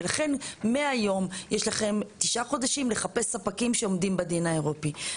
לכן מהיום יש לכם תשעה חודשים לחפש ספקים שעומדים בדין האירופי.